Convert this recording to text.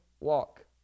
walk